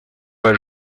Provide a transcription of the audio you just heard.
pas